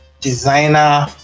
designer